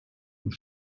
und